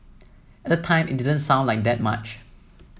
at the time it didn't sound like that much